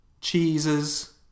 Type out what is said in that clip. Cheeses